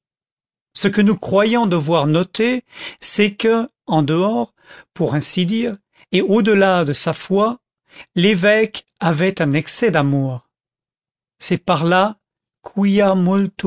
ce que nous croyons devoir noter c'est que en dehors pour ainsi dire et au-delà de sa foi l'évêque avait un excès d'amour c'est par là